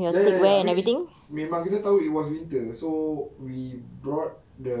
ya ya ya we memang kita tahu it was winter so we brought the